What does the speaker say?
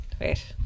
wait